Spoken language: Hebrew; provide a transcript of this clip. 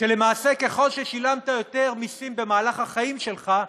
שלמעשה, ככל ששילמת יותר מיסים במהלך החיים שלך,